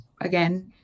again